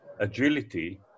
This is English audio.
agility